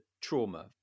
trauma